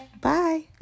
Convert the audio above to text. Bye